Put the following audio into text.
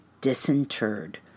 disinterred